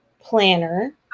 planner